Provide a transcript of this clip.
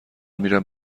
میرم